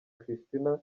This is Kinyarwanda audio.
christina